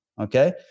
okay